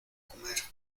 comer